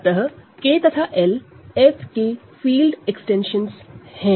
अतः K तथा LF के फील्ड एक्सटेंशन है